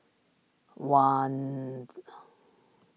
once